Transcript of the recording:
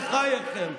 בחייכם.